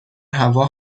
هوا